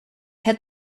had